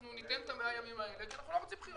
אנחנו ניתן את ה-100 הימים האלה כי אנחנו לא רוצים בחירות,